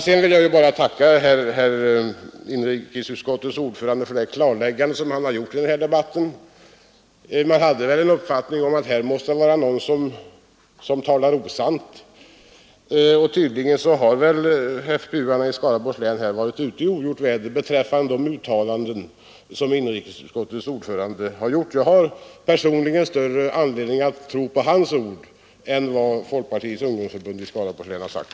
Sedan vill jag tacka inrikesutskottets ordförande för hans klarläggande i denna debatt. Man hade den uppfattningen att här måste någon tala osant, och tydligen har FPU:arna i Skaraborgs län varit ute i ogjort väder när det gäller de uttalanden som utskottets ordförande har gjort. Jag har personligen större anledning att tro på hans ord än på vad vederbörande i Folkpartiets ungdomsförbund i Skaraborgs län har sagt.